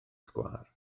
sgwâr